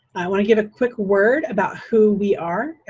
i wanna give a quick word about who we are.